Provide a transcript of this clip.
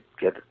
get